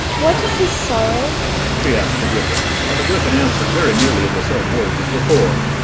what is his sorrow she asked the gryphon, and the gryphon answered, very nearly in the same words as before,